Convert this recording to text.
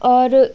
और